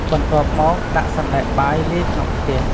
បន្ទាប់មកដាក់សណ្ដែកបាយលាយក្នុងខ្ទះ។